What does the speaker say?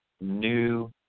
new